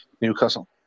Newcastle